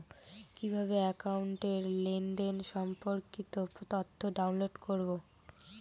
কিভাবে একাউন্টের লেনদেন সম্পর্কিত তথ্য ডাউনলোড করবো?